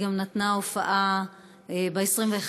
היא גם הופיעה ב-21